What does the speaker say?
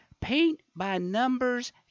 paint-by-numbers